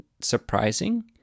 surprising